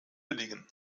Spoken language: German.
billigen